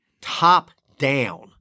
top-down